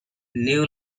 new